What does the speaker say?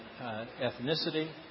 ethnicity